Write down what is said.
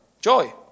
joy